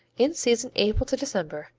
in season april to december.